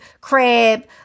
crab